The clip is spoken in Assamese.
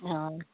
অ'